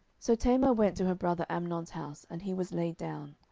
so tamar went to her brother amnon's house and he was laid down.